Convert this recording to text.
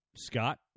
Scott